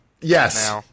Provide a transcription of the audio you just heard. Yes